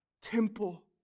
temple